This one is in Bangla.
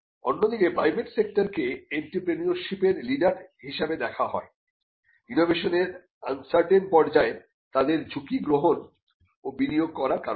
অন্যদিকে প্রাইভেট সেক্টর কে এন্ত্রেপ্রেনিয়ার্শিপ এর লিডার হিসেবে দেখা হয় ইনোভেশনের আনসারটেন পর্যায়ে তাদের ঝুঁকি গ্রহণ ও বিনিয়োগ করার কারণে